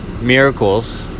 miracles